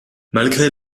malgré